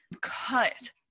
cut